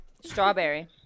Strawberry